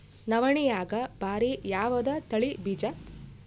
ನವಣಿಯಾಗ ಭಾರಿ ಯಾವದ ತಳಿ ಬೀಜ?